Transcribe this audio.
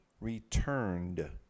returned